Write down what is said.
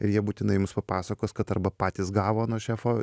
ir jie būtinai jums papasakos kad arba patys gavo nuo šefo